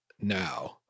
now